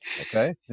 Okay